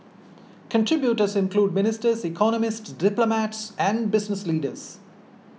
contributors include ministers economists diplomats and business leaders